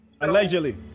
allegedly